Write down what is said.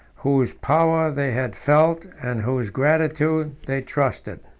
whose power they had felt, and whose gratitude they trusted.